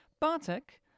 Bartek